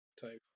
Type